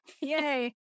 yay